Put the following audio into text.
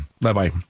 Bye-bye